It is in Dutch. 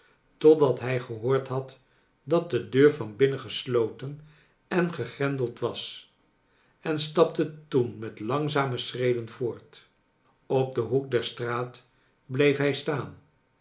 totdat hij gehoord had dat de deur van binnen gesloten en gegrendeld was en stapte toen met langzame schreden voort op den hoek der straat bleef hij staan